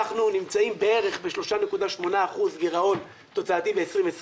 אנחנו נמצאים בערך ב-3.8% גרעון תוצאתי ב-20/20,